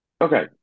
Okay